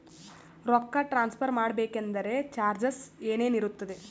ರೊಕ್ಕ ಟ್ರಾನ್ಸ್ಫರ್ ಮಾಡಬೇಕೆಂದರೆ ಚಾರ್ಜಸ್ ಏನೇನಿರುತ್ತದೆ?